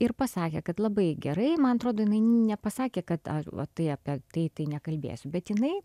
ir pasakė kad labai gerai man atrodo jinai nepasakė kad va tai apie tai tai nekalbėsiu bet jinai